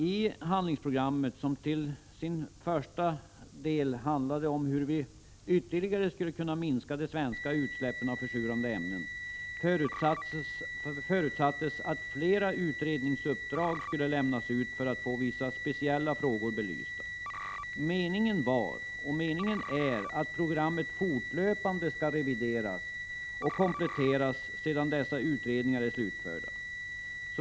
I handlingsprogrammet, som i sin första del handlade om hur vi ytterligare skulle kunna minska de svenska utsläppen av försurande ämnen, förutsattes att flera utredningsuppdrag skulle lämnas ut för att få vissa speciella frågor belysta. Meningen var och är att programmet fortlöpande skall revideras och kompletteras sedan dessa utredningar har slutförts.